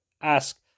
ask